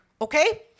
okay